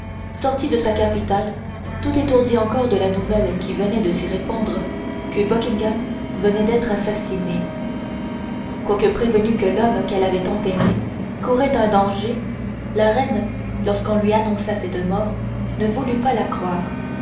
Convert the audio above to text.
sortit de sa capitale tout étourdi encore de la nouvelle qui venait de s'y répandre que buckingham venait d'être assassiné quoique prévenue que l'homme qu'elle avait tant aimé courait un danger la reine lorsqu'on lui annonça cette mort ne voulut pas la croire